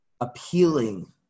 appealing